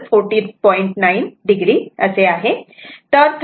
9 o असे आहे आणि 13